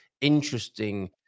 interesting